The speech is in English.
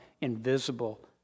invisible